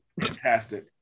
Fantastic